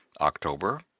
October